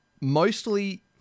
mostly